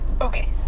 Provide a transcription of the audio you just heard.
okay